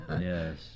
Yes